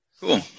Cool